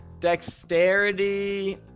dexterity